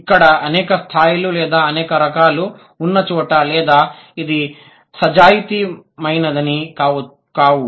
ఇక్కడ అనేక స్థాయిలు లేదా అనేక రకాలు ఉన్న చోట లేదా ఇది సజాతీయమైనది కావు